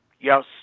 Yes